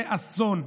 זה אסון.